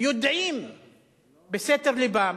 יודעים בסתר לבם